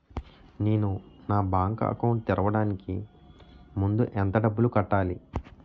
నేను నా bank account తెరవడానికి ముందు ఎంత డబ్బులు కట్టాలి?